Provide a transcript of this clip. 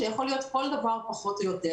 שיכול להיות כל דבר פחות או יותר,